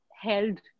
held